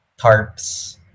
tarps